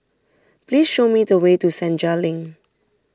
please show me the way to Senja Link